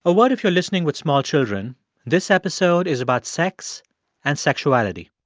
a word if you're listening with small children this episode is about sex and sexuality